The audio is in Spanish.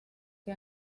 que